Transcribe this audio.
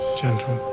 gentle